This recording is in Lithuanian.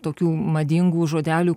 tokių madingų žodelių